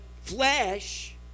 flesh